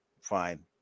Fine